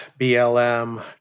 blm